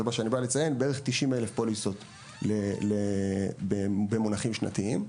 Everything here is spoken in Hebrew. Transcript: כ-90,000 פוליסות במונחים שנתיים.